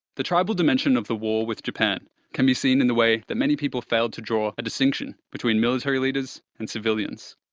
the tribal dimension of the war with japan can be seen in the way that many failed to draw a distinction between military leaders and civilians.